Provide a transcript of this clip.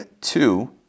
two